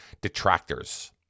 detractors